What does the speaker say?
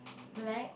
black